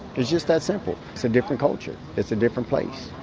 it's just that simple. it's a different culture. it's a different place.